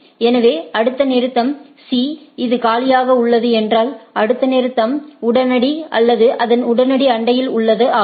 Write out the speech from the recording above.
எனவே அடுத்த நிறுத்தம் C இது காலியாக உள்ளது என்றால் அடுத்த நிறுத்தம் உடனடி அல்லது அதன் உடனடி அண்டையில் உள்ளது ஆகும்